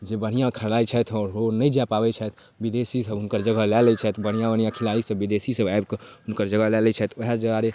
जे बढ़िआँ खेलाइ छथि ओ नहि जा पाबै छथि विदेशी हुनकर जगह लऽ लै छथि बढ़िआँ बढ़िआँ खेलाड़ीसभ विदेशीसभ आबिकऽ हुनकर जगह लऽ लै छथि